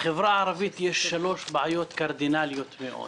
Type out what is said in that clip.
בחברה הערבית יש שלוש בעיות קרדינליות מאוד